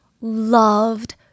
loved